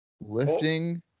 Lifting